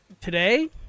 today